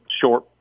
short